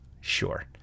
Sure